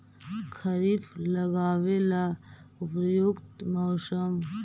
खरिफ लगाबे ला उपयुकत मौसम?